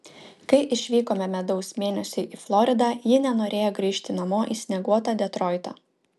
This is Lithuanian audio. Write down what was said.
kai išvykome medaus mėnesiui į floridą ji nenorėjo grįžti namo į snieguotą detroitą